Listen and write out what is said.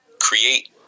create